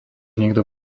niekto